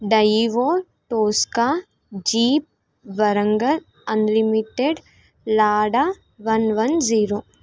డైవో Tosca Jeep Warangal unlimited Lada one one zero